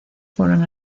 fueron